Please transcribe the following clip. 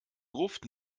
gruft